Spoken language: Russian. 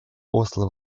осло